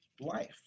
life